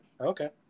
Okay